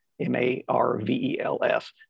m-a-r-v-e-l-s